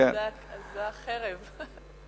זו החרב.